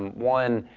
one,